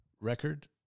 Record